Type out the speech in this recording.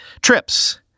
Trips